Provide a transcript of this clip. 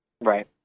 Right